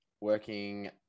working